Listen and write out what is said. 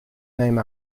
name